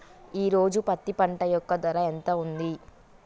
ఈ రోజు పత్తి పంట యొక్క ధర ఎంత ఉంది?